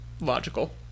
logical